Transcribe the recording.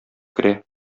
керә